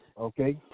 Okay